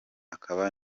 akaba